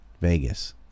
Vegas